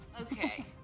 Okay